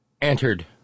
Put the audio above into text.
entered